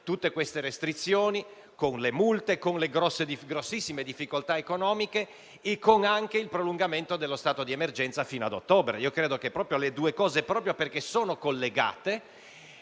tutte queste restrizioni, con le multe, con le grossissime difficoltà economiche e con il prolungamento dello stato di emergenza fino a ottobre. Proprio perché le cose sono collegate,